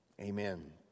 Amen